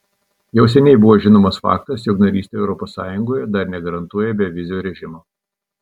jau seniai buvo žinomas faktas jog narystė europos sąjungoje dar negarantuoja bevizio režimo